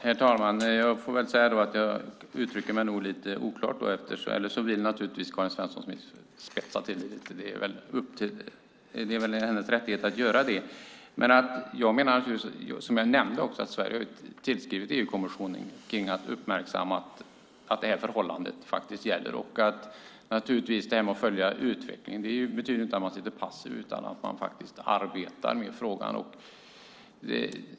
Herr talman! Jag får väl säga att jag nog uttrycker mig lite oklart, eller så vill Karin Svensson Smith spetsa till det lite. Det är hennes rättighet att göra det. Jag menar dock naturligtvis, vilket jag nämnde, att Sverige har tillskrivit EU-kommissionen om att uppmärksamma det förhållande som faktiskt gäller. Att följa utvecklingen betyder inte att man sitter passiv utan att man faktiskt arbetar med frågan.